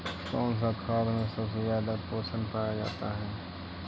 कौन सा खाद मे सबसे ज्यादा पोषण पाया जाता है?